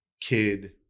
kid